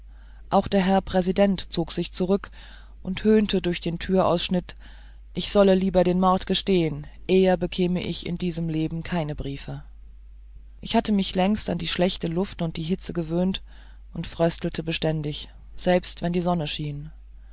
auch der herr präsident zog sich zurück und höhnte durch den türausschnitt ich solle lieber den mord gestehen eher bekäme ich in diesem leben keine briefe ich hatte mich längst an die schlechte luft und die hitze gewöhnt und fröstelte beständig selbst wenn die sonne schien